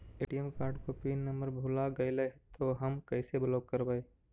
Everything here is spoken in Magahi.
ए.टी.एम कार्ड को पिन नम्बर भुला गैले तौ हम कैसे ब्लॉक करवै?